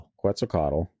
quetzalcoatl